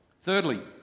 Thirdly